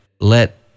let